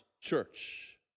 church